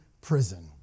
prison